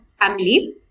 family